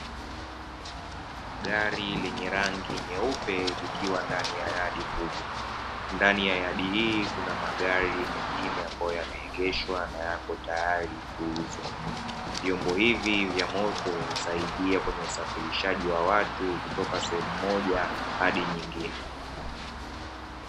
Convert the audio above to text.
Gari lenye rangi nyeupe likiwa ndani yadi kubwa. Ndani ya yadi hii kuna magari mengine ambayo yameengeshwa na yapo tayari kuuzwa. Vyombo hivi vya moto husaidia kwenye usafirishaji wa watu, kutoka sehemu moja hadi nyingine.